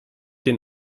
den